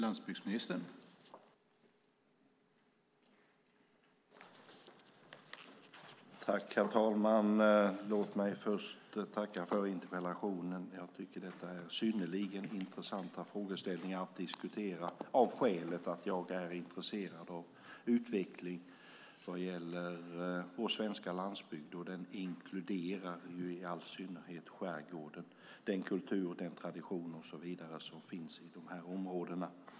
Herr talman! Låt mig först tacka för interpellationen. Jag tycker att detta är synnerligen intressanta frågeställningar att diskutera av skälet att jag är intresserad av utveckling vad gäller vår svenska landsbygd. Den inkluderar ju i all synnerhet skärgården med den kultur, den tradition och så vidare som finns i dessa områden.